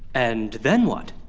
and then what?